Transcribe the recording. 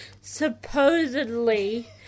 supposedly